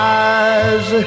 eyes